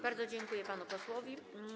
Bardzo dziękuję panu posłowi.